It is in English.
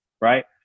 right